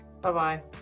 Bye-bye